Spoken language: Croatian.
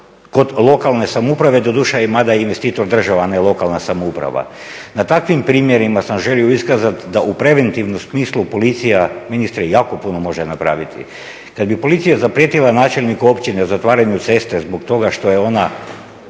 kod lokalne samouprave, doduše mada je investitor država a ne lokalna samouprava. Na takvim primjerima sam želio iskazati da u preventivnom smislu policija ministre jako puno može napraviti. Kada bi policija zaprijetila načelniku općine o zatvaranju ceste zbog toga što je ona